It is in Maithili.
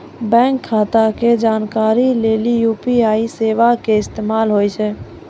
बैंक खाता के जानकारी लेली यू.पी.आई सेबा के इस्तेमाल होय छै